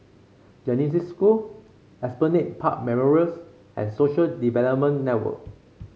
Genesis School Esplanade Park Memorials and Social Development Network